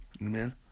Amen